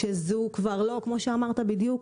כמו שאמרת בדיוק,